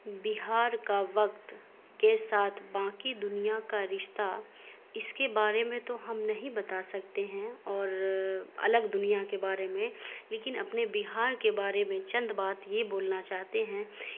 بہار کا وقت کے ساتھ باقی دنیا کا رشتہ اس کے بارے میں تو ہم نہیں بتا سکتے ہیں اور الگ دنیا کے بارے میں لیکن اپنے بہار کے بارے میں چند بات یہ بولنا چاہتے ہیں